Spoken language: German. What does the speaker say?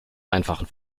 einfachen